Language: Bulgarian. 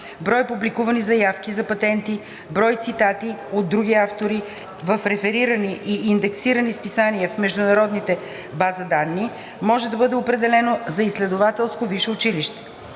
брой публикувани заявки за патенти, брой цитати от други автори в реферирани и индексирани списания в международните бази данни, може да бъде определено за изследователско висше училище.